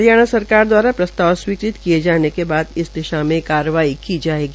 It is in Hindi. हरियाणा सरकार दवारा प्रस्ताव स्वीकृत किये जाने के बाद कार्रवाई की जायेगी